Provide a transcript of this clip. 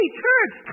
church